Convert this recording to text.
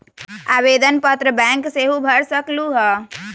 आवेदन पत्र बैंक सेहु भर सकलु ह?